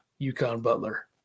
UConn-Butler